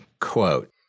Quote